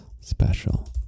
special